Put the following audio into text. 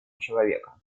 человека